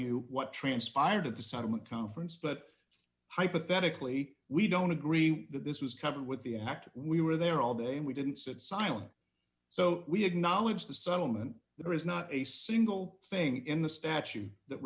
you what transpired at the side of a conference but hypothetically we don't agree that this was covered with the act we were there all day and we didn't sit silent so we acknowledge the settlement there is not a single thing in the statute that